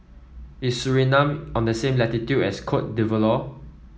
is Suriname on the same latitude as Cote d'Ivoire